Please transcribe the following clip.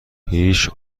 هیچ